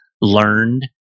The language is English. learned